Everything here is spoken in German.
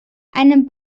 einem